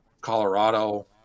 Colorado